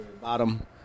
bottom